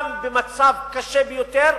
גם במצב קשה ביותר,